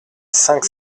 cinq